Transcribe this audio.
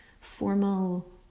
formal